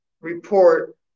report